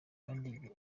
kandi